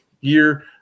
year